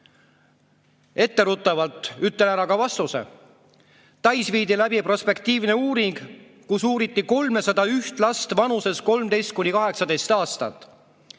Etteruttavalt ütlen ära ka vastuse. Tais viidi läbi prospektiivne uuring, kus uuriti 301 last vanuses 13–18 aastat.